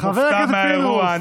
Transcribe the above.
חבר הכנסת פינדרוס,